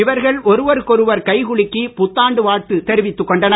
இவர்கள் ஒருவொருக்கொருவர் கை குளுக்கி புத்தாண்டு வாழ்த்து தெரிவித்துக் கொண்டனர்